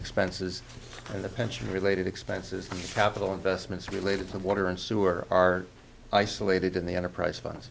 expenses in the pension related expenses capital investments related to water and sewer are isolated in the enterprise